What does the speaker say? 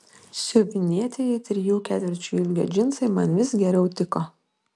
siuvinėtieji trijų ketvirčių ilgio džinsai man vis geriau tiko